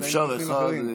אפשר אחד.